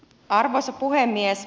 arvoisa puhemies